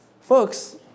folks